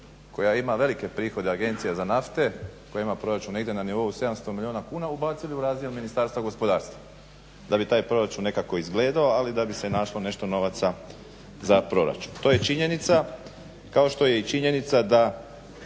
koja ima velike prihode, agencija za nafte koja ima proračun negdje na nivou 700 milijuna kuna ubacili u razdjelu Ministarstva gospodarstva da bi taj proračun nekako izgledao ali da bi se našlo nešto novaca za proračun. To je činjenica kao što je činjenica da